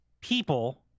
people